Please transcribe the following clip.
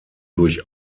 durch